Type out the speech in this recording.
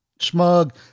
smug